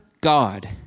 God